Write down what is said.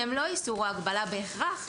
שהם לא איסור או הגבלה בהכרח,